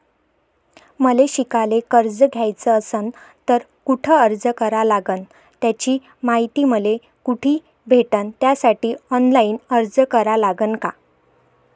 मले शिकायले कर्ज घ्याच असन तर कुठ अर्ज करा लागन त्याची मायती मले कुठी भेटन त्यासाठी ऑनलाईन अर्ज करा लागन का?